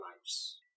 lives